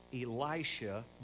Elisha